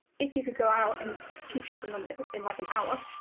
if you could go out and teach someone in like an hour,